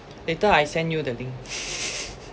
later I send you the link